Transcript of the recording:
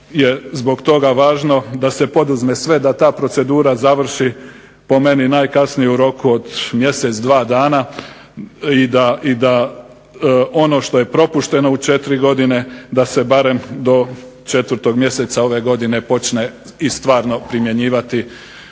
Mislim da je važno da se poduzme sve da ta procedura završi najkasnije u roku od mjesec dva dana i da ono što je propušteno u 4 godine da se barem do 4. mjeseca ove godine počne primjenjivati